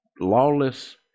lawless